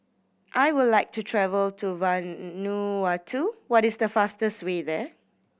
I would like to travel to Vanuatu what is the fastest way there